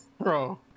bro